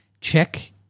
check –